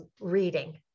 reading